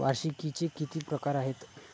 वार्षिकींचे किती प्रकार आहेत?